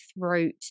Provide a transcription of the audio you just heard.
throat